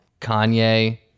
kanye